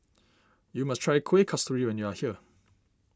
you must try Kuih Kasturi when you are here